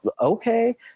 okay